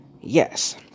Yes